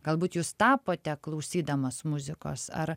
galbūt jūs tapote klausydamas muzikos ar